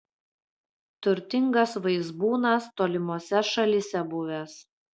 turtingas vaizbūnas tolimose šalyse buvęs